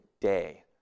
day